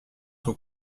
son